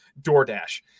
DoorDash